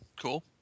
cool